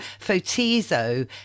FOTIZO